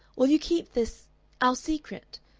will you keep this our secret?